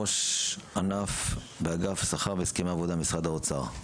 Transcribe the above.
ראש ענף באגף שכר והסכמי עבודה במשרד האוצר.